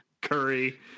Curry